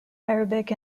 arabic